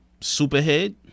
superhead